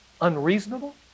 unreasonable